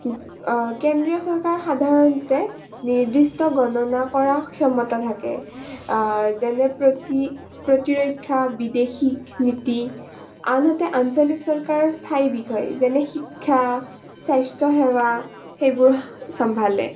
কেন্দ্ৰীয় চৰকাৰ সাধাৰণতে নিৰ্দিষ্ট গণনা কৰা ক্ষমতা থাকে যেনে প্ৰতি প্ৰতিৰক্ষা বিদেশীক নীতি আনহাতে আঞ্চলিক চৰকাৰৰ স্থায়ী বিষয় যেনে শিক্ষা স্বাস্থ্যসেৱা সেইবোৰ চম্ভালে